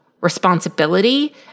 responsibility